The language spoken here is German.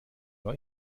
neu